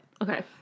Okay